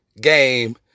game